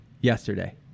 yesterday